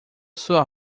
sua